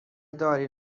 داری